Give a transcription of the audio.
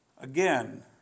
again